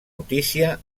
notícia